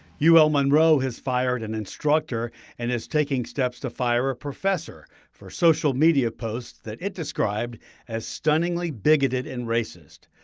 ul-monroe has fired an instructor and is taking steps to fire a professor for social media posts that it described as stunningly bigoted and racist.